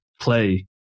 play